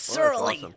Surly